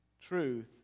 Truth